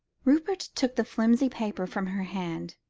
rupert took the flimsy paper from her hand,